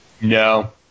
no